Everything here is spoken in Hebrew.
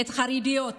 חרדיות.